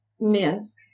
Minsk